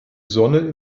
sonne